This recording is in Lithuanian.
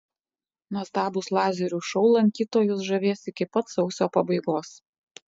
nuostabūs lazerių šou lankytojus žavės iki pat sausio pabaigos